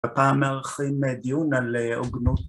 ‫הפעם מארחים דיון על עוגנות.